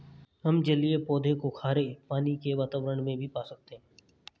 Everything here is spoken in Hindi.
हम जलीय पौधों को खारे पानी के वातावरण में भी पा सकते हैं